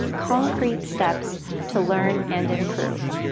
concrete steps to learn and improve.